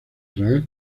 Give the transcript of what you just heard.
israel